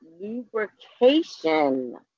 lubrication